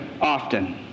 often